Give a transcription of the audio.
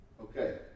Okay